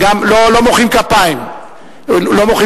לא מוחאים כפיים בכנסת,